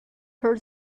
her